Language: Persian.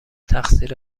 تقصیر